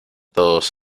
todos